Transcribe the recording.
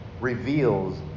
reveals